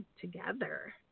together